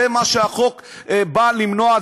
זה מה שהחוק בא למנוע.